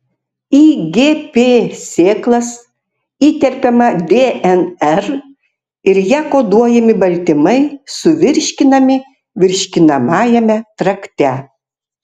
į gp sėklas įterpiama dnr ir ja koduojami baltymai suvirškinami virškinamajame trakte